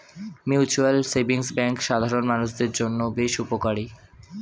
mutual savings bank সাধারণ মানুষদের জন্য বেশ উপকারী